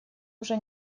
уже